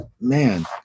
man